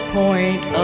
point